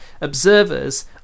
Observers